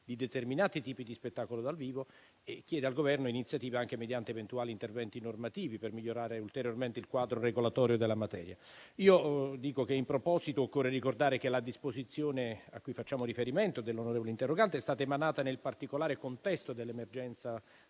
di determinati tipi di spettacolo dal vivo e chiede al Governo iniziative, anche mediante eventuali interventi normativi, per migliorare ulteriormente il quadro regolatorio della materia. In proposito occorre ricordare che la disposizione a cui l'onorevole interrogante fa riferimento è stata emanata nel particolare contesto dell'emergenza